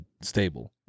stable